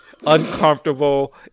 uncomfortable